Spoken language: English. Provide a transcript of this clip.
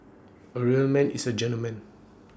A real man is A gentleman